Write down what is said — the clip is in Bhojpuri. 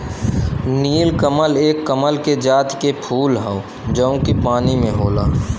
नीलकमल एक कमल के जाति के फूल हौ जौन की पानी में होला